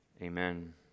Amen